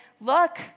Look